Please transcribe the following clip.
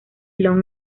long